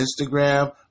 Instagram